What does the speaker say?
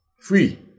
free